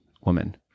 woman